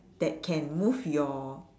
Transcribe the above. that can move your